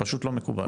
פשוט לא מקובל.